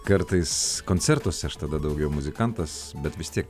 kartais koncertuose aš tada daugiau muzikantas bet vis tiek